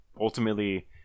ultimately